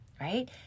right